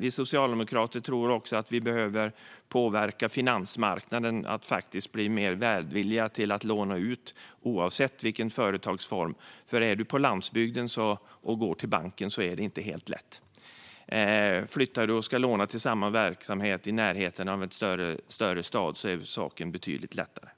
Vi socialdemokrater tror också att man behöver påverka finansmarknaden att bli mer välvillig till att låna ut oavsett vilken företagsform det gäller. Om man är på landsbygden och går till banken är det inte helt lätt. Om man flyttar och ska låna till samma verksamhet i närheten av en större stad är saken betydligt lättare.